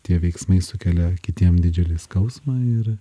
tie veiksmai sukelia kitiem didžiulį skausmą ir